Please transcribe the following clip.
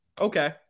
Okay